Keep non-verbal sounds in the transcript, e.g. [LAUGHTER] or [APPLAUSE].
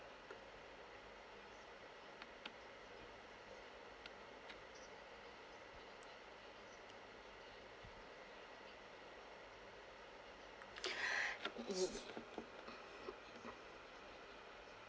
[BREATH] ye~